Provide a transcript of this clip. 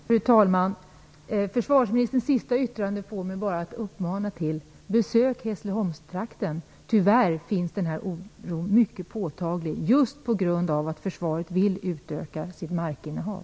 Fru talman! Försvarsministerns sista yttrande får mig bara att uppmana till ett besök i Hässleholmstrakten. Tyvärr är denna oro mycket påtaglig just på grund av att försvaret vill utöka sitt markinnehav.